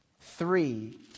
three